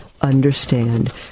understand